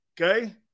Okay